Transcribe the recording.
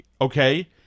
okay